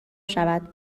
شود